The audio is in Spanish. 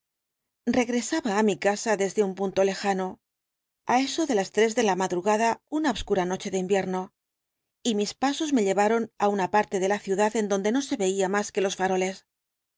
regresaba á mi casa desde un punto lejano á eso de las tres de la madrugada una obscura noche de invierno y mis pasos me llevaron á una parte de la ciudad en donde no se veía más que los faroles